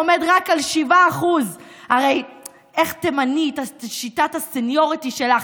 עומד רק על 7%. הרי איך תמני בשיטת הסניוריטי שלך,